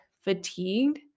fatigued